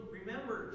remember